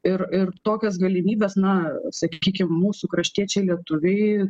ir ir tokias galimybes na sakykim mūsų kraštiečiai lietuviai